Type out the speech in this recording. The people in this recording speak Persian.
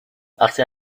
وقتی